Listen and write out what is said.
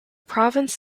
province